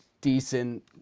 decent